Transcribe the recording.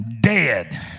Dead